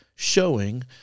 showing